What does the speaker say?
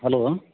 hello